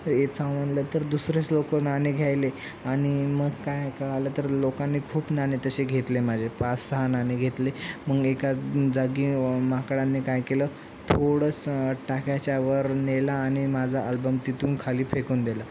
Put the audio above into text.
वेचावे म्हणलं तर दुसरेच लोकं नाणे घ्यायले आणि मग काय कळालं तर लोकांनी खूप नाणे तसे घेतले माझे पाच सहा नाणे घेतले मग एका जागी माकडांनी काय केलं थोडंस टाकीच्यावर नेलं आणि माझा आल्बम तिथून खाली फेकून दिला